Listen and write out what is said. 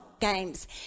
games